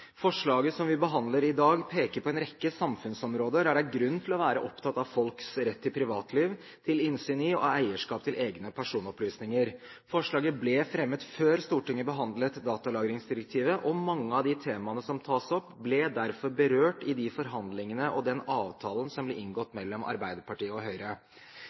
Forslaget som vi behandler i dag, peker på en rekke samfunnsområder der det er grunn til å være opptatt av folks rett til privatliv, til innsyn i og eierskap til egne personopplysninger. Forslaget ble fremmet før Stortinget behandlet datalagringsdirektivet, og mange av de temaene som tas opp, ble derfor berørt i de forhandlingene og den avtalen som ble inngått mellom Arbeiderpartiet og Høyre.